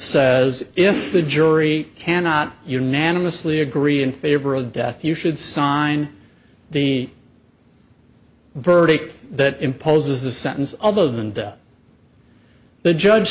says if the jury cannot unanimously agree in favor of death you should sign the verdict that imposes the sentence other than death the judge